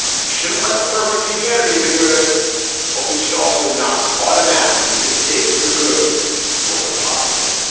we shouldn't let the perfect be the enemy of the good but we should also not automatically mistake the good for the popular